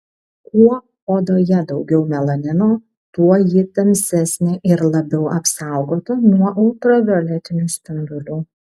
kuo odoje daugiau melanino tuo ji tamsesnė ir labiau apsaugota nuo ultravioletinių spindulių